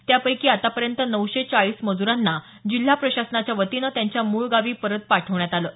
त्यापैकी आतापर्यंत नऊशे चाळीस मजूरांना जिल्हा प्रशासनाच्या वतीनं त्यांच्या मूळ गावी परत पाठवण्यात आलं आहे